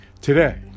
today